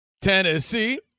Tennessee